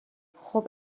خوب